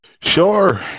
Sure